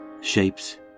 shapes